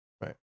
Right